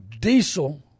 diesel